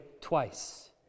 twice